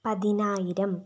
പതിനായിരം